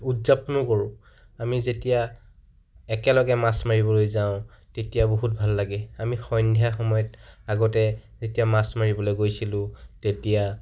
উদযাপনো কৰোঁ আমি যেতিয়া একেলগে মাছ মাৰিবলৈ যাওঁ তেতিয়া বহুত ভাল লাগে আমি সন্ধিয়া সময়ত আগতে যেতিয়া মাছ মাৰিবলৈ গৈছিলো তেতিয়া